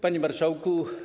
Panie Marszałku!